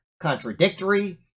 contradictory